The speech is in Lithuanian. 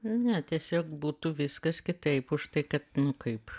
ne tiesiog būtų viskas kitaip už tai kad kaip